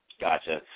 Gotcha